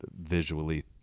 visually